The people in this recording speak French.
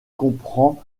comprend